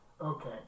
Okay